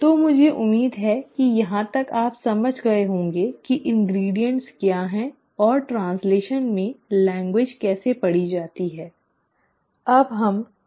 तो मुझे उम्मीद है कि यहाँ तक आप समझ गए होंगे कि इन्ग्रीडीअन्ट क्या है और ट्रांसलेशन में भाषा कैसे पढ़ी जाती है